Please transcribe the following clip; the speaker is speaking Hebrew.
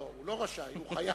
לא, הוא לא רשאי, הוא חייב.